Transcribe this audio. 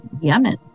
Yemen